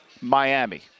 Miami